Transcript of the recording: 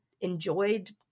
enjoyed